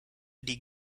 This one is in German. die